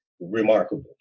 remarkable